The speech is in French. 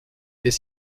est